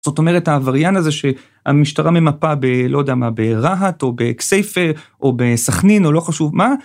זאת אומרת, העבריין הזה שהמשטרה ממפה ב... לא יודע מה, ברהט או בכסייפה, או בסכנין, או לא חשוב מה...